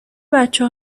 بچه